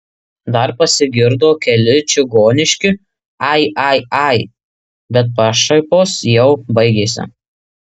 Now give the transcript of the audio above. dar pasigirdo keli čigoniški ai ai ai bet pašaipos jau baigėsi